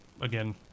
again